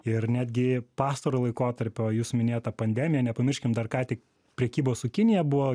ir netgi pastarojo laikotarpio jūsų minėta pandemija nepamirškim dar ką tik prekybos su kinija buvo